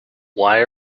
why